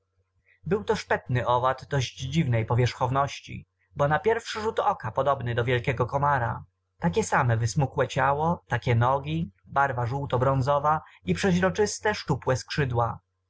był to szpetny owad dość dziwnej powierzchowności bo na pierwszy rzut oka podobny do wielkiego komara takie same wysmukłe ciało takie nogi barwa żółtobronzowa i przezroczyste szczupłe skrzydła